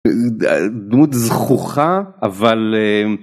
דמות זכוכה, אבל אה...